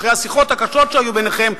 אחרי השיחות הקשות שהיו ביניכם,